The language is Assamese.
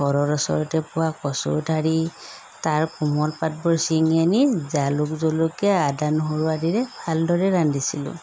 ঘৰৰ ওচৰতে পোৱা কচুৰ ঠাৰি তাৰ কোমল পাতবোৰ ছিঙি আনি জালুক জলকীয়া আদা নহৰু আদিৰে ভালদৰে ৰান্ধিছিলোঁ